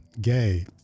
gay